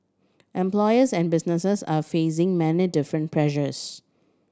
employers and businesses are facing many different pressures